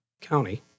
county